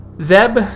Zeb